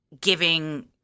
giving